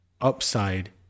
upside